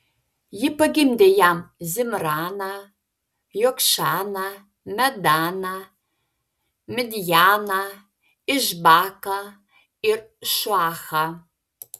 ji pagimdė jam zimraną jokšaną medaną midjaną išbaką ir šuachą